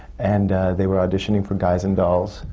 and they were auditioning for guys and dolls,